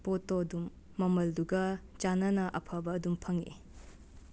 ꯄꯣꯠꯇꯣ ꯑꯗꯨꯝ ꯃꯃꯜꯗꯨꯒ ꯆꯥꯟꯅꯅ ꯑꯐꯕ ꯑꯗꯨꯝ ꯐꯪꯉꯛꯑꯦ